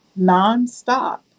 nonstop